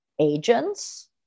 agents